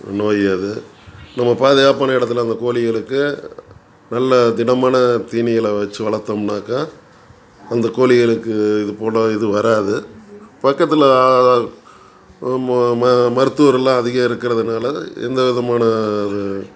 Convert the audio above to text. நோய் அது நம்ம பாதுாப்பான இடத்துல அந்த கோழிகளுக்கு நல்ல திடமான தீனி எல்லாம் வச்சு வளர்த்தோம்னாக்கா அந்த கோழிகளுக்கு இது போட இது வர்றாது பக்கத்துல மருத்துவரெல்லாம் அதிகம் இருக்கறதுனால எந்த விதமான